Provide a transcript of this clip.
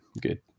good